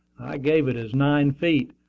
i gave it as nine feet,